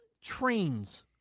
trains